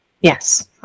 Yes